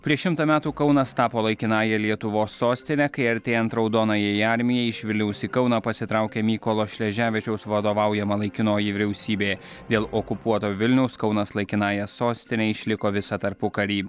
prieš šimtą metų kaunas tapo laikinąja lietuvos sostine kai artėjant raudonajai armijai iš vilniaus į kauną pasitraukė mykolo šleževičiaus vadovaujama laikinoji vyriausybė dėl okupuoto vilniaus kaunas laikinąja sostine išliko visą tarpukarį